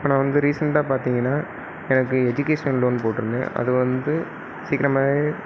இப்போ நான் வந்து ரீசெண்ட்டாக பார்த்திங்ன்னா எனக்கு எஜிகேஷனல் லோன் போட்டிருந்தேன் அது வந்து சீக்கிரமாகவே